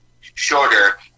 shorter